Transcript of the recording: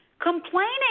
complaining